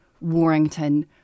Warrington